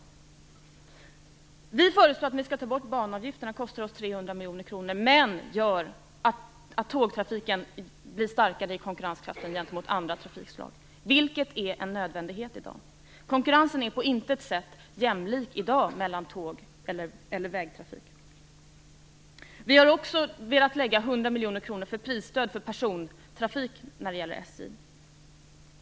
Vi föreslår att vi skall ta bort banavgifterna. Det kostar oss 300 miljoner kronor men gör att tågtrafikens konkurrenskraft gentemot andra trafikslag blir bättre, vilket är en nödvändighet i dag. Konkurrensen mellan tåg och vägtrafik är på intet sätt jämlik. Vi har också velat lägga 100 miljoner kronor till prisstöd för persontrafik när det gäller SJ.